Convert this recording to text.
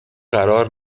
قرار